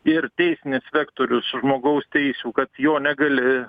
ir teisinis vektorius žmogaus teisių kad jo negali